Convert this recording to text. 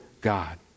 God